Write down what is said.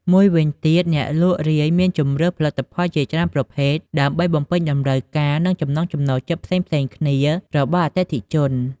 មួយវិញទៀត អ្នកលក់រាយមានជម្រើសផលិតផលជាច្រើនប្រភេទ ដើម្បីបំពេញតម្រូវការ និងចំណង់ចំណូលចិត្តផ្សេងៗគ្នារបស់អតិថិជន។